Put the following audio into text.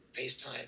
FaceTime